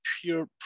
pure